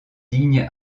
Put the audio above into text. digne